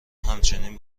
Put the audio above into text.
همچنین